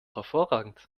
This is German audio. hervorragend